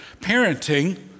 Parenting